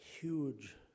huge